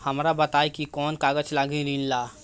हमरा बताई कि कौन कागज लागी ऋण ला?